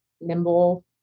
nimble